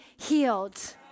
healed